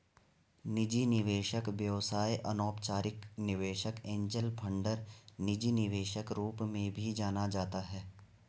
निजी निवेशक व्यवसाय अनौपचारिक निवेशक एंजेल फंडर निजी निवेशक रूप में भी जाना जाता है